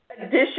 Edition